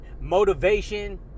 motivation